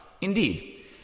Indeed